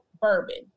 bourbon